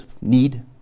need